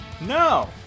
No